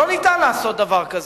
לא ניתן לעשות דבר כזה.